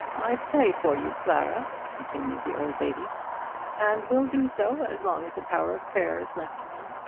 i pray for you, clara, continued the old lady and will do so as long as the power of prayer is left to me.